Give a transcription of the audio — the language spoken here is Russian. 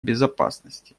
безопасности